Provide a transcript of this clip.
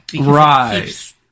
Right